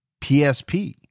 PSP